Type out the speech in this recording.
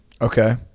Okay